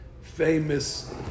famous